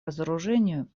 разоружению